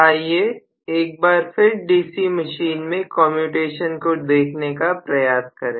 आइए एक बार फिर डीसी मशीन में कम्यूटेशन को देखने का प्रयास करें